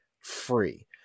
free